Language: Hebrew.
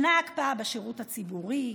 שנה הקפאה בשירות הציבורי,